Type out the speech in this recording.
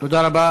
תודה רבה.